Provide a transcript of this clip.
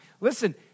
Listen